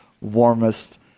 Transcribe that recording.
warmest